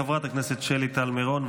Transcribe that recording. חברת הכנסת שלי טל מירון,